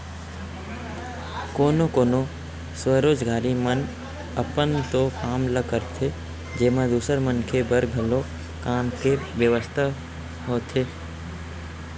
कोनो कोनो स्वरोजगारी मन अपन तो काम ल करथे जेमा दूसर मनखे बर घलो काम के बेवस्था होथे